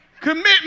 Commitment